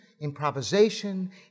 improvisation